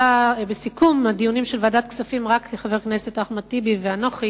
בסיכום הדיונים של ועדת הכספים חבר הכנסת אחמד טיבי ואנוכי